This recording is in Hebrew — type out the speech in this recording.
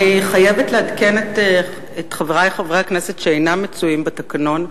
אני חייבת לעדכן את חברי חברי הכנסת שאינם מצויים בתקנון: